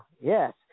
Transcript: Yes